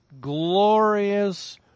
glorious